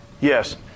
Yes